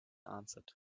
answered